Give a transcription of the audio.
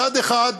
מצד אחד,